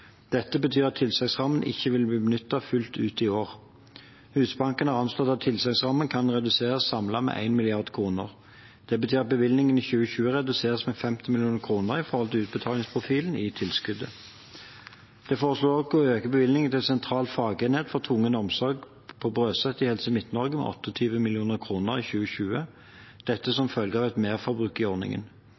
Dette betyr at tilsagnsrammen ikke vil bli benyttet fullt ut i år. Husbanken har anslått at tilsagnsrammen samlet kan reduseres med 1 mrd. kr. Det betyr at bevilgningen i 2020 reduseres med 50 mill. kr i forhold til utbetalingsprofilen i tilskuddet. Det foreslås også å øke bevilgningen til Sentral fagenhet for tvungen omsorg på Brøset i Helse Midt-Norge med 28 mill. kr i 2020, dette som følge av et merforbruk i ordningen.